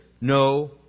No